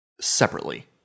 separately